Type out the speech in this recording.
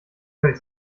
welt